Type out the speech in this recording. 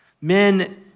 Men